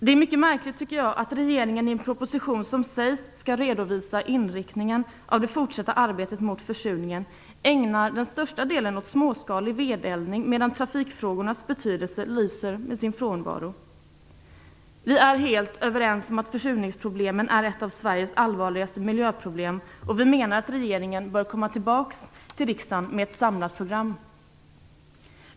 Det är mycket märkligt att regeringen i en proposition som sägs redovisa inriktningen av det fortsatta arbetet mot försurningen ägnar den största delen åt småskalig vedeldning, medan en diskussion kring trafikfrågornas betydelse lyser med sin frånvaro. Vi är helt överens om att försurningsproblemet är ett av Sveriges allvarligaste miljöproblem, och vi menar att regeringen bör komma tillbaka till riksdagen med ett samlat program.